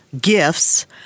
gifts